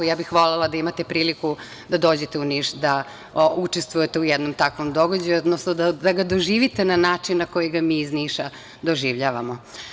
Ja bih volela da imate priliku da dođete u Niš da učestvujete u jednom takvom događaju, odnosno da ga doživite na način na koji ga mi iz Niša doživljavamo.